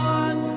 one